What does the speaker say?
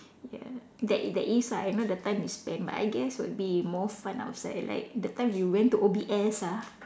ya there i~ there is ah you know the time we spent but I guess it would be more fun outside like the time you went to O_B_S ah